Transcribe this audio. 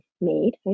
made